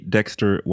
Dexter